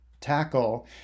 tackle